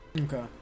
Okay